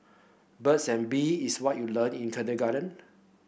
birds and bee is what you learnt in kindergarten